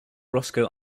roscoe